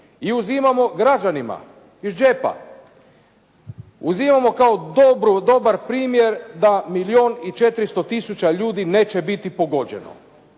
i uzimamo građanima iz džepa. Uzimamo kao dobar primjer da milijon i 400 tisuća ljudi neće biti pogođeno.